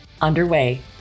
underway